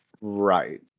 Right